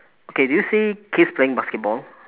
okay do you see kids playing basketball